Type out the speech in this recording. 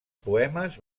poemes